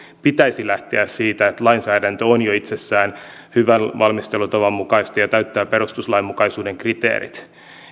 pitäisi lähteä siitä että lainsäädäntö on jo itsessään hyvän valmistelutavan mukaista ja ja täyttää perustuslainmukaisuuden kriteerit